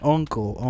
Uncle